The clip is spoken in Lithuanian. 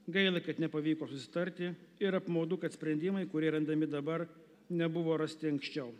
gaila kad nepavyko susitarti ir apmaudu kad sprendimai kurie randami dabar nebuvo rasti anksčiau